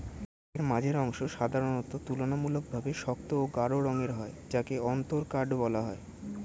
কাঠের মাঝের অংশ সাধারণত তুলনামূলকভাবে শক্ত ও গাঢ় রঙের হয় যাকে অন্তরকাঠ বলা হয়